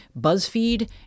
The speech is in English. BuzzFeed